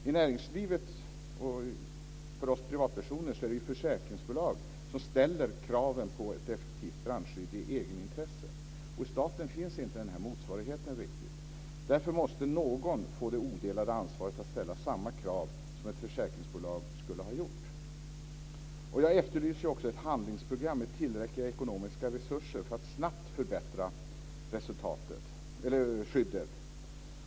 I näringslivet och för oss privatpersoner är det ju försäkringsbolag som ställer kraven på ett effektivt brandskydd i egenintresse. I staten finns inte riktigt den här motsvarigheten. Därför måste någon få det odelade ansvaret att ställa samma krav som ett försäkringsbolag skulle ha gjort. Jag efterlyser också ett handlingsprogram med tillräckliga ekonomiska resurser för att snabbt förbättra skyddet.